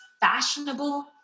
fashionable